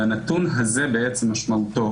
והנתון הזה משמעותו,